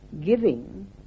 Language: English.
giving